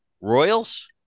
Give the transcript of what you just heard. Royals